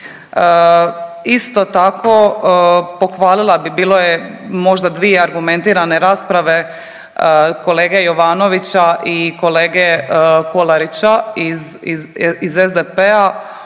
Isto tako pohvalila bi, bilo je možda dvije argumentirane rasprave kolege Jovanovića i kolege Kolarića iz SDP-a,